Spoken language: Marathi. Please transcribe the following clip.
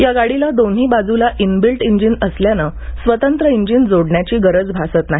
या गाडीला दोन्ही बाजूला इनबिल्ट इंजिन असल्यानं स्वतंत्र इंजिन जोडण्याची गरज भासत नाही